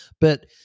but-